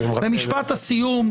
ומשפט הסיום,